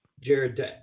Jared